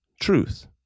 truth